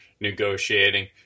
negotiating